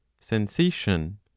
sensation